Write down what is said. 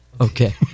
Okay